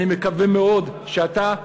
אני מקווה מאוד שאתה,